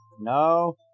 No